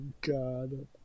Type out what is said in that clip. god